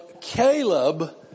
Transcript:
Caleb